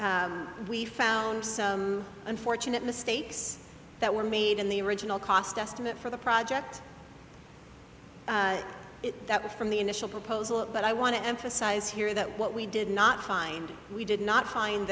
we found some unfortunate mistakes that were made in the original cost estimate for the project that from the initial proposal but i want to emphasize here that what we did not find we did not find